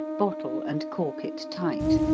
bottle and cork it tight.